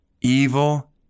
evil